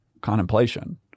contemplation